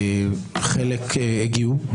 חלק הגיעו.